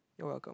you're welcome